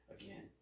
Again